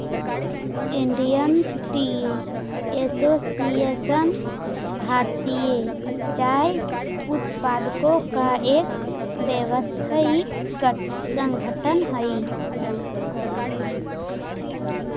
Indian Tea Association भारतीय चाय उत्पादकों का एक व्यावसायिक संगठन हई